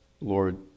lord